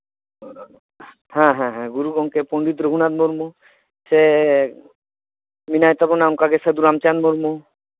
ᱦᱮᱸ ᱦᱮᱸ ᱦᱮᱸ ᱜᱩᱨᱩ ᱜᱚᱝᱠᱮ ᱯᱚᱱᱰᱤᱛ ᱨᱚᱜᱷᱩᱱᱟᱛᱷ ᱢᱩᱨᱢᱩ ᱥᱮ ᱢᱮᱱᱟᱭ ᱛᱟᱵᱚᱱᱟ ᱚᱱᱠᱟᱜᱮ ᱥᱟᱫᱷᱩ ᱨᱟᱢᱪᱟᱸᱫᱽ ᱢᱩᱨᱢᱩ